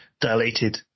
dilated